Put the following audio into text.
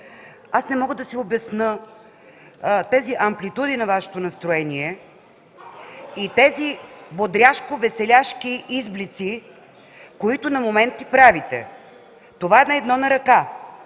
Не мога да си обясня амплитудите на Вашето настроение и бодряшко веселяшките изблици, които на моменти правите. Това е едно на ръка.